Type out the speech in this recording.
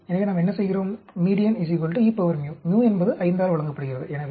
எனவே நாம் என்ன செய்கிறோம் μ என்பது 5 ஆல் வழங்கப்படுகிறது